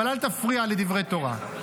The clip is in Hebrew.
אבל אל תפריע לדברי תורה,